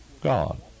God